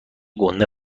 گنده